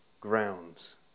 grounds